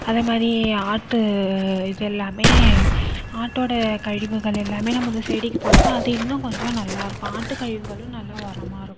அதே மாதிரி ஆட்டு இது எல்லாமே ஆட்டோடய கழிவுகள் எல்லாமே நம்ம வந்து செடிக்கு போடுற அப்ப அது இன்னும் கொஞ்சம் நல்லா இருக்கும் ஆட்டுக் கழிவுகளும் நல்லா உரமா இருக்கும்